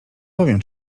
powiem